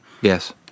Yes